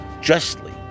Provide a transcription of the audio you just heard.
justly